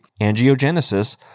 angiogenesis